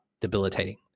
debilitating